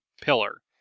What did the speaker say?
pillar